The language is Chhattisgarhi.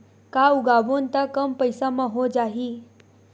का उगाबोन त कम पईसा म हो जाही?